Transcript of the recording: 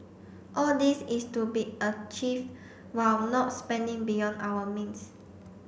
all this is to be achieved while not spending beyond our means